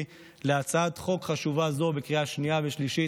בהצעת חוק חשובה זו בקריאה שנייה ושלישית.